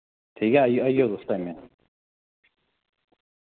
ठीक ऐ आई जाओ आई जाएओ तुस टाइमै दा